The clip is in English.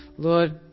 Lord